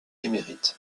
émérite